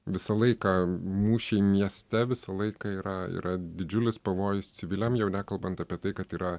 visą laiką mūšiai mieste visą laiką yra yra didžiulis pavojus civiliam jau nekalbant apie tai kad yra